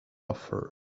offer